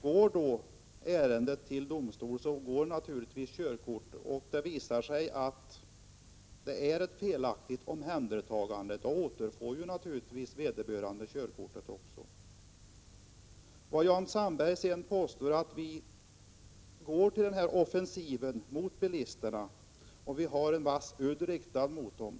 Går då ärendet till domstol och det visar sig att det felaktigt skett ett omhändertagande av körkortet återfår naturligtvis vederbörande det. Jan Sandberg påstår att vi går till offensiv mot bilisterna och har en vass udd riktad mot dem.